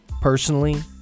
personally